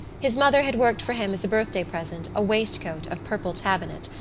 his mother had worked for him as a birthday present a waistcoat of purple tabinet,